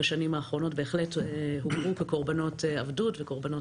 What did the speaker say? ובשנים האחרונות בהחלט הובאו כקורבנות עבדות וקורבנות